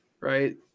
right